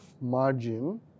margin